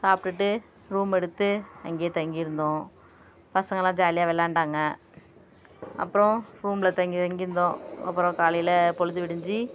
சாப்பிடுட்டு ரூம் எடுத்து அங்கே தங்கி இருந்தோம் பசங்கள்லாம் ஜாலியாக விளாண்டாங்க அப்புறம் ரூம்மில் தங்கி தங்கி இருந்தோம் அப்புறம் காலையில் பொழுது விடிஞ்சு